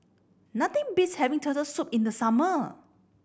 nothing beats having Turtle Soup in the summer